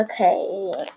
Okay